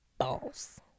balls